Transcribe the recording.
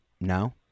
no